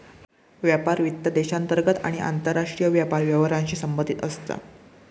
व्यापार वित्त देशांतर्गत आणि आंतरराष्ट्रीय व्यापार व्यवहारांशी संबंधित असता